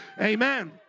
Amen